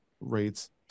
rates